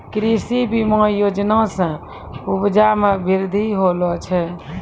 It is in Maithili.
कृषि बीमा योजना से उपजा मे बृद्धि होलो छै